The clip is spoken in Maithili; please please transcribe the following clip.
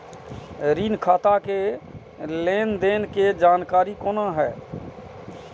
ऋण खाता के लेन देन के जानकारी कोना हैं?